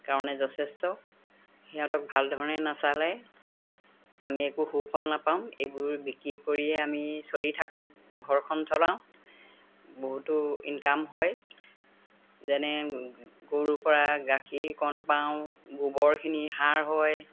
কাৰণে যথেষ্ট সিহঁতক ভাল ধৰণে নাচালে আমি একো সুফল নাপাম এইবোৰ বিক্ৰী কৰিয়ে আমি চলি থাকোঁ ঘৰখন চলাওঁ বহুতো ইনকাম হয় যেনে গৰুৰ পৰা গাখীৰ কণ পাওঁ গোবৰখিনি সাৰ হয়